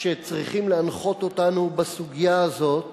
שצריכים להנחות אותנו בסוגיה הזאת,